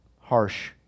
harsh